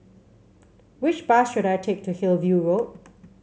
which bus should I take to Hillview Road